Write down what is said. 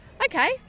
okay